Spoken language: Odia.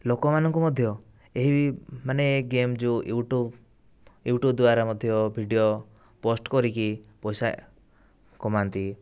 ଲୋକମାନଙ୍କୁ ମଧ୍ୟ ଏହି ମାନେ ଗେମ ଯେଉଁ ୟୁଟ୍ୟୁବ ୟୁଟ୍ୟୁବ ଦ୍ୱାରା ମଧ୍ୟ ଭିଡିଓ ପୋଷ୍ଟ କରିକି ପଇସା କମାନ୍ତି